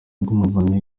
rw’umuvunyi